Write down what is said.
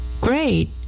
Great